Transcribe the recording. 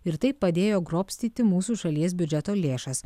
ir tai padėjo grobstyti mūsų šalies biudžeto lėšas